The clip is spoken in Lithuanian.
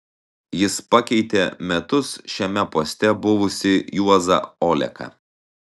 jis pakeitė metus šiame poste buvusį juozą oleką